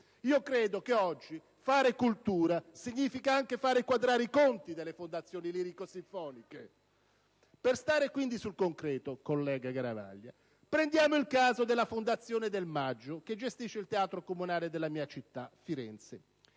Io credo che oggi fare cultura significa anche fare quadrare i conti delle fondazioni lirico-sinfoniche. Per stare quindi sul concreto, senatrice Garavaglia, prendiamo il caso della Fondazione del Maggio che gestisce il Teatro comunale della mia città, Firenze.